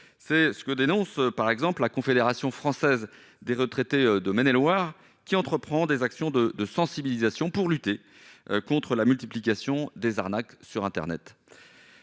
c'est ce que dénonce, par exemple, la Confédération française des retraités de Maine-et-Loire qui entreprend des actions de sensibilisation pour lutter contre la multiplication des arnaques sur internet